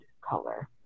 color